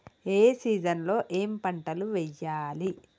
ఏ season లో ఏం పంటలు వెయ్యాలి?